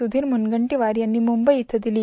सुधीर म्रनगंटीवार यांनी मुंबई इथं दिली